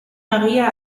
maria